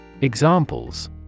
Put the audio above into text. Examples